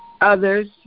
others